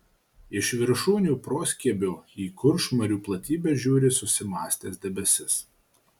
iš viršūnių proskiebio į kuršmarių platybes žiūri susimąstęs debesis